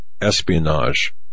espionage